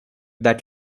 that